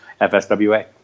FSWA